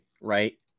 Right